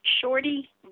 Shorty